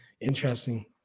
interesting